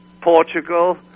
Portugal